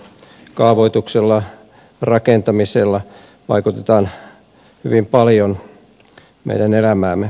kaavoituksella rakentamisella vaikutetaan hyvin paljon meidän elämäämme